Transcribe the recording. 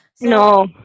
No